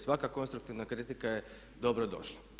Svaka konstruktivna kritika je dobro došla.